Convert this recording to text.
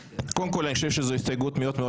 קודם כל אני חושב שזו הסתייגות מאוד מאוד